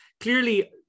clearly